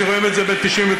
שרואים את זה ב-99,